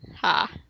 ha